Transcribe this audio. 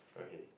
okay